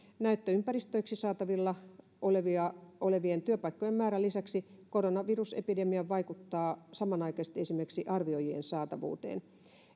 näyttöympäristöiksi saatavilla olevien työpaikkojen määrän lisäksi koronavirusepidemia vaikuttaa samanaikaisesti esimerkiksi arvioijien saatavuuteen